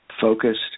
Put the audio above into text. focused